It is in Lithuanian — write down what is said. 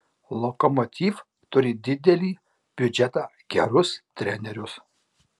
lokomotiv turi didelį biudžetą gerus trenerius